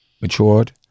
matured